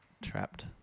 trapped